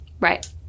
Right